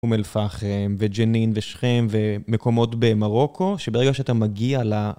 אום אל פחם, וג'נין, ושכם, ומקומות במרוקו, שברגע שאתה מגיע ל...